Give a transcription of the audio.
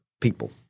people